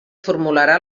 formularà